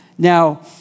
Now